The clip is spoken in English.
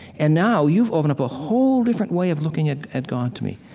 and now, you've opened up a whole different way of looking at at god to me.